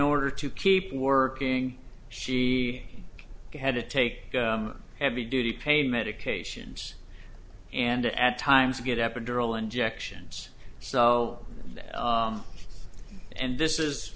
order to keep working she had to take heavy duty pain medications and at times get epidural injections sell them and this is